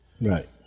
Right